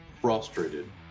frustrated